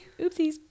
oopsies